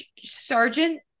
sergeant